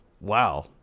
Wow